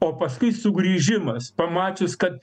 o paskui sugrįžimas pamačius kad